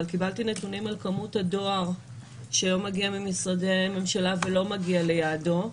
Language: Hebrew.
על כמות הדואר שלא מגיע ממשרדי ממשלה ולא מגיע ליעדו.